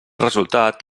resultat